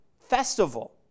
festival